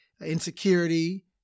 insecurity